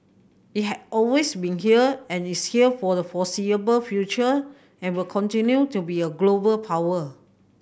it had always been here and it's here for the foreseeable future and will continue to be a global power